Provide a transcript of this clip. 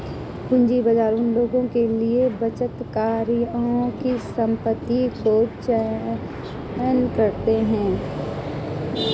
पूंजी बाजार उन लोगों के लिए बचतकर्ताओं की संपत्ति को चैनल करते हैं